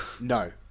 No